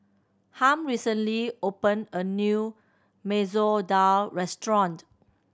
Harm recently open a new Masoor Dal restaurant